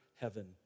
heaven